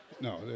No